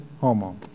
homo